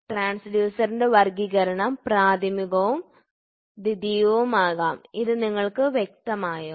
ട്രാൻസ്ഡ്യൂസറിന്റെ വർഗ്ഗീകരണം പ്രാഥമികവും ദ്വിതീയവുമാകാം ഇത് നിങ്ങൾക്ക് വ്യക്തമായോ